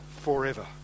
forever